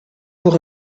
pour